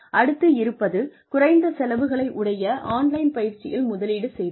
அடுத்து இருப்பது குறைந்த செலவுகளை உடைய ஆன்லைன் பயிற்சியில் முதலீடு செய்தல்